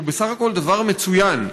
שהוא בסך הכול דבר מצוין,